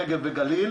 נגב וגליל.